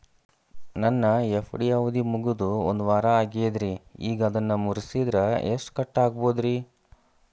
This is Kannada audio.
ನನ್ನ ಎಫ್.ಡಿ ಅವಧಿ ಮುಗಿದು ಒಂದವಾರ ಆಗೇದ್ರಿ ಈಗ ಅದನ್ನ ಮುರಿಸಿದ್ರ ಎಷ್ಟ ಕಟ್ ಆಗ್ಬೋದ್ರಿ?